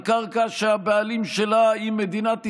על קרקע שהבעלים שלה היא מדינת ישראל,